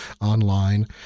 online